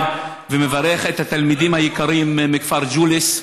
ומברך את התלמידים היקרים מכפר ג'וליס,